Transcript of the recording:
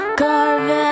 carve